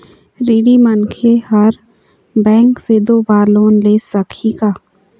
ऋणी मनखे हर बैंक से दो बार लोन ले सकही का?